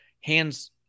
hands